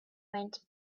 went